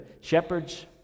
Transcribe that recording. shepherds